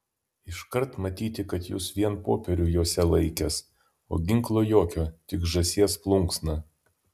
iškart matyti kad jūs vien popierių jose laikęs o ginklo jokio tik žąsies plunksną